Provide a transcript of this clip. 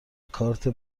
کارت